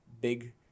big